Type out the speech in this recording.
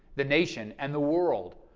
the nation, and the world,